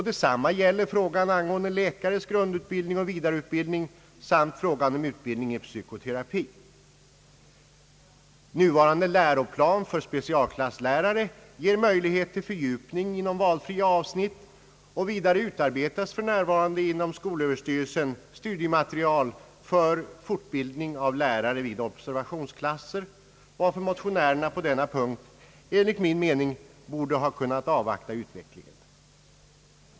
Detsamma gäller frågan angående läkares grundutbildning och vidareutbildning samt frågan om utbildning i psykoterapi. Nuvarande läroplan för specialklasslärare ger möjlighet till fördjupning inom valfria avsnitt, och vidare utarbetas för närvarande inom skolöverstyrelsen studiematerial för fortbildning av lärare vid observationsklasser, varför motionärerna på denna punkt enligt min mening borde ha kunnat avvakta utvecklingen.